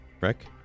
Rick